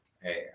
Hey